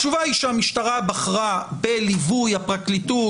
התשובה היא שהמשטרה בחרה בליווי הפרקליטות